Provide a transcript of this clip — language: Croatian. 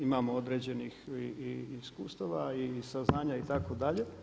Imamo određenih i iskustava i saznanja itd.